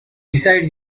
beside